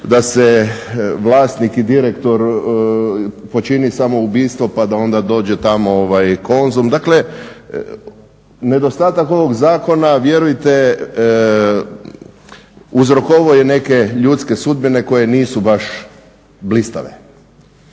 da se vlasnik i direktor počini samoubistvo pa da onda dođe tamo Konzum. Dakle, nedostatak ovog zakona vjerujte uzrokovao je neke ljudske sudbine koje nisu baš blistave.